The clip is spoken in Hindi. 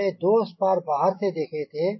हमने दो स्पार बाहर से देखे थे